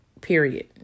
period